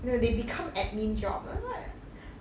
you know they become admin job that's why I